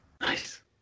Nice